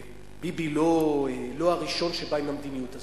ביבי לא הראשון שבא עם המדיניות הזאת.